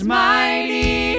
mighty